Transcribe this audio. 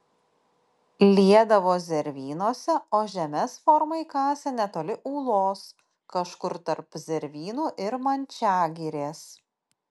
liedavo zervynose o žemes formai kasė netoli ūlos kažkur tarp zervynų ir mančiagirės